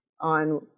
on